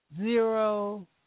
zero